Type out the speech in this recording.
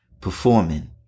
performing